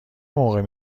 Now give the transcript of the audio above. موقع